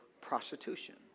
prostitution